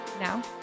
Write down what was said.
Now